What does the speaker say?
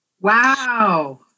Wow